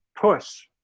push